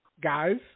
guys